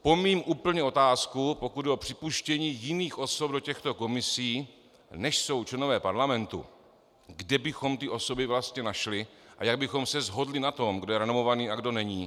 Pomíjím úplně otázku, pokud jde o připuštění jiných osob do těchto komisí, než jsou členové parlamentu, kde bychom ty osoby vlastně našli a jak bychom se shodli na tom, kdo je renomovaný a kdo není.